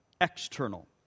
external